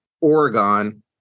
Oregon